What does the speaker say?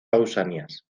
pausanias